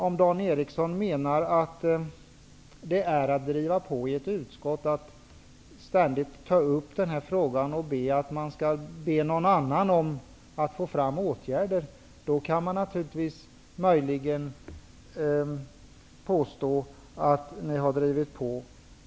Om Dan Eriksson menar att det är att driva på i ett utskott att ständigt ta upp denna fråga och be någon annan att föreslå åtgärder, då kan man möjligen påstå att ni har drivit på.